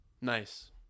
Nice